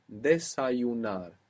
Desayunar